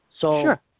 Sure